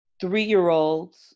three-year-olds